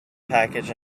package